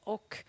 Och